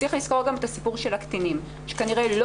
צריך לזכור גם את הסיפור של הקטינים שכנראה לא